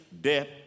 death